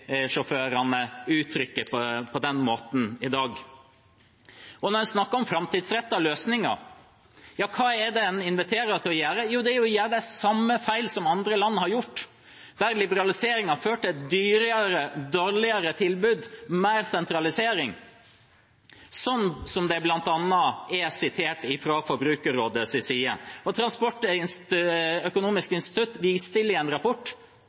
uttrykker seg på den måten i dag. Og når man snakker om framtidsrettede løsninger: Hva er det man inviterer til? Det er å gjøre de samme feilene som andre land har gjort. De liberaliseringene har ført til dyrere og dårligere tilbud og mer sentralisering – som det bl.a. er sitert fra Forbrukerrådets side. Transportøkonomisk institutt viser i en rapport til at det vil bli ytterligere press på lønns- og arbeidsvilkår i